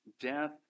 death